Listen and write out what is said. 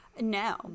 no